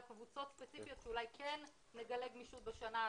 קבוצות ספציפיות שאולי כן מדלג מישהו בשנה הזאת.